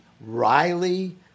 Riley